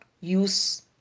use